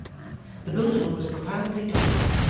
the building was profoundly dark,